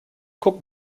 guck